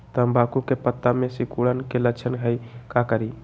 तम्बाकू के पत्ता में सिकुड़न के लक्षण हई का करी?